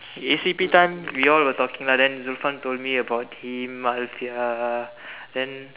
E_C_P time we all were talking lah then Zulfan told me about him Alfiah then